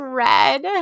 red